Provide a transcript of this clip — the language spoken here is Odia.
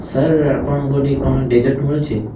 ସାର୍ ଆପଣଙ୍କ ଏଠି କ'ଣ ଡେଜର୍ଟ ମିଳୁଛି